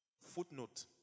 Footnote